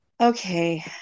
okay